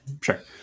sure